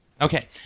Okay